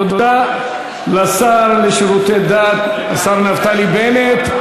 תודה לשר לשירותי דת, השר נפתלי בנט.